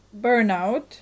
burnout